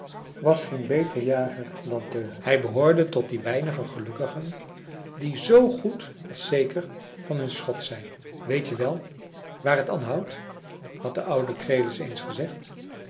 was geen beter jager dan teun hij behoorde tot die weinige gelukkigen die zoo goed als zeker van hun schot zijn weet je wel waar t an houdt had de oude krelis eens gezegd